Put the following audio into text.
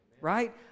right